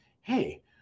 hey